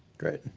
great.